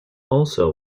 also